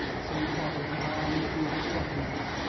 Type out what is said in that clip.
so your father went on into swathinglea,